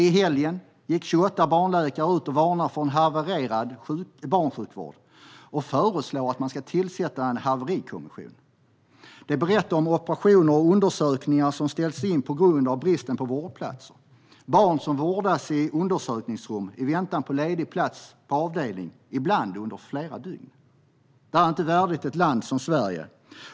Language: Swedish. I helgen gick 28 barnläkare ut och varnade för en havererad barnsjukvård. De föreslår att man ska tillsätta en haverikommission. De berättar att operationer och undersökningar ställs in på grund av bristen på vårdplatser och om barn som vårdas i undersökningsrum - ibland under flera dygn - i väntan på ledig plats på avdelning. Det här är inte värdigt ett land som Sverige.